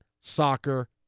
soccer